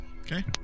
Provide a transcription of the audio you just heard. Okay